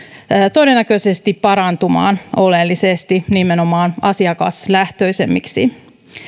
todennäköisesti parantumaan oleellisesti nimenomaan asiakaslähtöisemmiksi